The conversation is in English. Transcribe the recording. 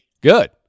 Good